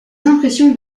impressions